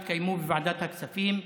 התקיימו בוועדת הכספים.